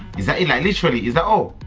is that it like literally, is that all?